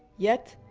yet,